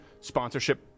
sponsorship